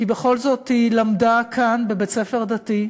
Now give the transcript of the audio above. כי בכל זאת היא למדה כאן בבית-ספר דתי,